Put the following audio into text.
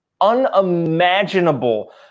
unimaginable